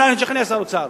אולי נשכנע את שר האוצר.